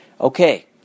Okay